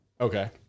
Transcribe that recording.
Okay